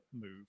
move